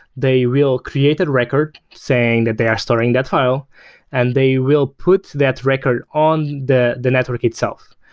they will create that record saying that they are storing that file and they will put that record on the the network itself.